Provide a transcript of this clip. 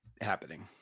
happening